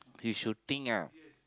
he shooting ah